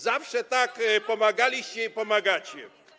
Zawsze tak pomagaliście i pomagacie.